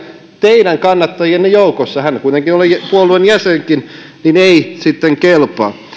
teidän kannattajienne joukossa ihmisiä hänhän kuitenkin oli puolueen jäsenkin joille tämä linja ei kelpaa